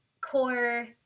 core